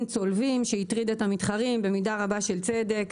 צולבים שהטריד את המתחרים במידה רבה של צדק,